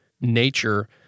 nature